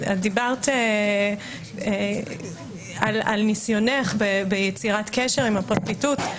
דיברת על ניסיונך ביצירת קשר עם הפרקליטות.